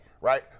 right